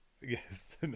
yes